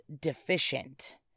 deficient